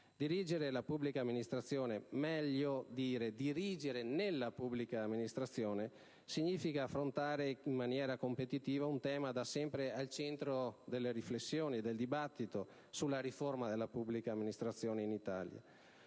Dirigere la pubblica amministrazione, o meglio dirigere nella pubblica amministrazione, significa affrontare con competitività un tema da sempre al centro delle riflessioni, del dibattito sulla riforma della pubblica amministrazione in Italia,